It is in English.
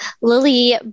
Lily